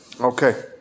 Okay